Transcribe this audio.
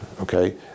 okay